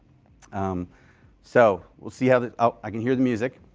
um so we'll see how oh, i can hear the music.